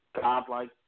godlike